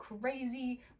crazy